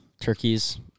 turkeys